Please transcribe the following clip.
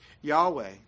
Yahweh